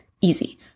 easy